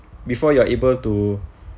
before you are able to